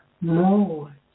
more